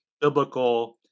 biblical